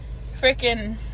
freaking